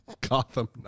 Gotham